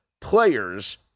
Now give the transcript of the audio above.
players